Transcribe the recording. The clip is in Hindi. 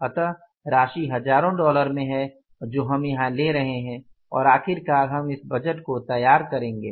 अतः राशि हजारों डॉलर है जो हम यहां ले रहे हैं और आखिरकार हम इस बजट को तैयार करेंगे